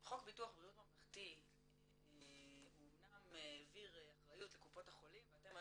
חוק ביטוח בריאות ממלכתי אמנם העביר אחריות לקופות החולים ואתם היום